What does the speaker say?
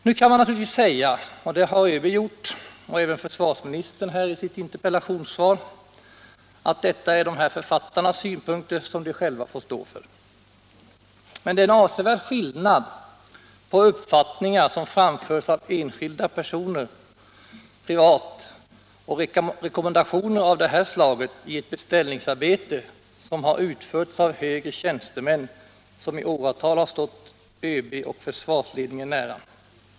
Nu kan man naturligtvis säga, och det har ÖB gjort och även försvarsministern i interpellationssvaret, att detta är författarnas synpunkter som de själva får stå för. Men det är en avsevärd skillnad på uppfattningar som framförs av enskilda personer och rekommendationer i ett beställningsarbete utfört av högre tjänstemän som i åratal har stått ÖB och försvarsledningen nära.